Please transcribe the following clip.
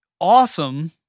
awesome